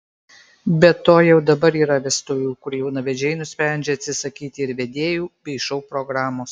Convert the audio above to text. be to jau dabar yra vestuvių kur jaunavedžiai nusprendžia atsisakyti ir vedėjų bei šou programos